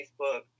Facebook